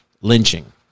lynching